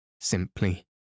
simply